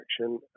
action